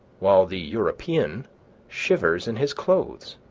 while the european shivers in his clothes.